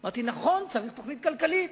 אמרתי: נכון, צריך תוכנית כלכלית.